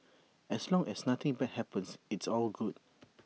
as long as nothing bad happens it's all good